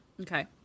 Okay